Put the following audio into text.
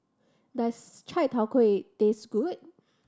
does Chai Tow Kuay taste good